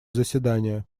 заседания